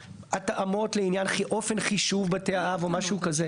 התאמות לעניין אופן חישוב בתי האב או משהו כזה.